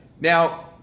Now